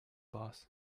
boss